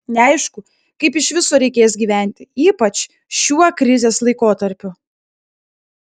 neaišku kaip iš viso reikės gyventi ypač šiuo krizės laikotarpiu